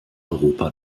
europa